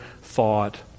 thought